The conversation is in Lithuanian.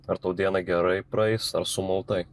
ar tau diena gerai praeis ar sumautai